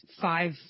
five